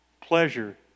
pleasure